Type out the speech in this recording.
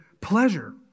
pleasure